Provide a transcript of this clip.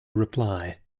reply